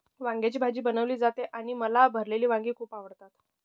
वांग्याची भाजी बनवली जाते आणि मला भरलेली वांगी खूप आवडतात